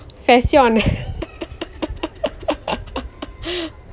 fashion